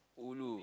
ulu